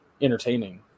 entertaining